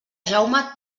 jaume